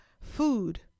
food